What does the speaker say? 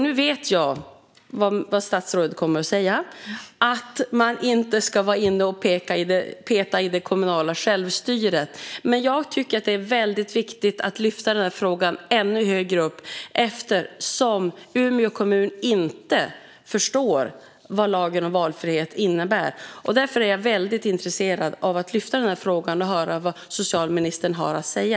Nu vet jag vad statsrådet kommer att säga, nämligen att man inte ska vara inne och peta i det kommunala självstyret. Men jag tycker att det är väldigt viktigt att lyfta denna fråga ännu högre upp, eftersom Umeå kommun inte förstår vad lagen om valfrihet innebär. Därför är jag väldigt intresserad av att ta upp denna fråga och av att höra vad socialministern har att säga.